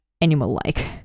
animal-like